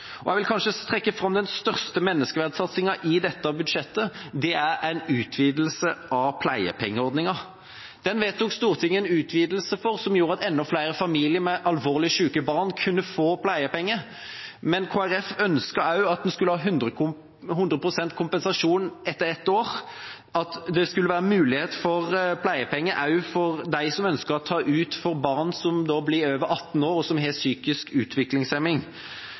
Og jeg vil trekke fram den kanskje største menneskeverdsatsingen i dette budsjettet, som er en utvidelse av pleiepengeordningen. Den vedtok Stortinget en utvidelse av, som gjorde at enda flere familier med alvorlig syke barn kunne få pleiepenger, men Kristelig Folkeparti ønsket også at en skulle ha 100 pst. kompensasjon etter ett år, og at det skulle være mulighet for pleiepenger også for dem som ønsket å ta det ut for barn på over 18 år med psykisk utviklingshemming.